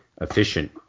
efficient